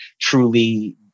truly